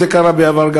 זה קרה גם בעבר.